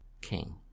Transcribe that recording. king